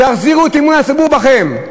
תחזירו את אמון הציבור בכם.